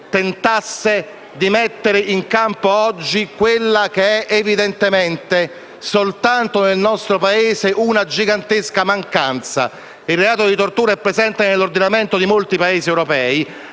tentasse di mettere in campo oggi quella che evidentemente, soltanto nel nostro Paese, è una gigantesca mancanza. Il reato di tortura è presente nell'ordinamento di molti Paesi europei.